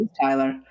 Tyler